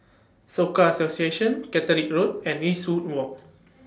Soka Association Caterick Road and Eastwood Walk